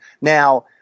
Now